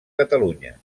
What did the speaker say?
catalunya